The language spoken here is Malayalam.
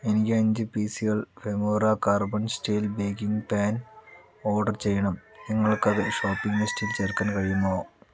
എനിക്ക് അഞ്ച് പി സികൾ Femora carbon steel baking pan order ചെയ്യണം നിങ്ങൾക്കത് ഷോപ്പിംഗ് ലിസ്റ്റിൽ ചേർക്കാൻ കഴിയുമോ